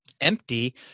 empty